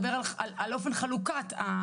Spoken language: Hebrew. במערכת.